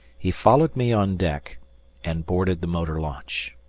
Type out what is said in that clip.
he followed me on deck and boarded the motor launch.